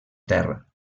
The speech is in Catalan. terra